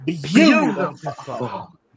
beautiful